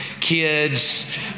kids